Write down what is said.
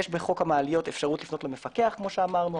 יש בחוק המעליות אפשרות לפנות למפקח כאמור.